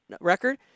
record